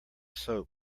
soap